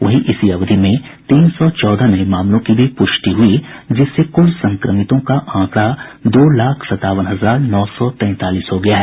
वहीं इसी अवधि में तीन सौ चौदह नये मामलों की भी पुष्टि हुई जिससे कुल संक्रमितों का आंकड़ा दो लाख सत्तावन हजार नौ सौ तैंतालीस हो गया है